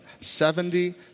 Seventy